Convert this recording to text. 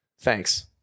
Thanks